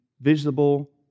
visible